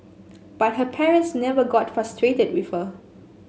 but her parents never got frustrated with her